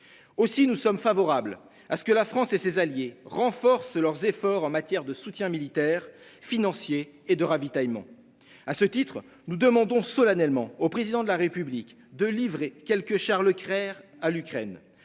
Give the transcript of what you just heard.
Aussi nous sommes favorables à ce que la France et ses alliés renforcent leurs efforts en matière de soutien militaire, financier et de ravitaillement. À ce titre, nous demandons solennellement au président de la République de livrer quelques chars Leclerc à l'Ukraine.